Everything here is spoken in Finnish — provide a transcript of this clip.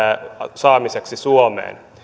saamiseksi suomeen